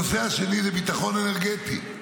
הנושא השני זה ביטחון אנרגטי.